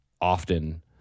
often